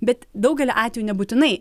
bet daugeliu atvejų nebūtinai